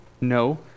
No